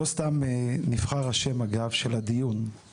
לא סתם נבחר השם, אגב, של הדיון.